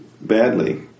badly